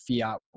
fiat